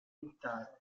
militare